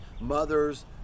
mothers